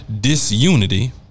disunity